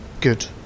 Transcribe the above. good